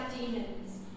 demons